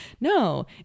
No